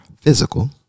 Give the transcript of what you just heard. physical